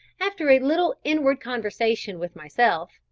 after a little inward conversation with myself,